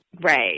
Right